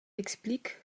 explique